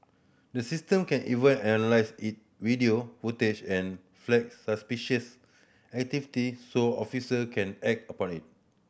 the system can even analyse it video footage and flag suspicious activity so officer can act upon it